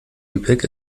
lübeck